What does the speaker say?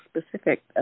specific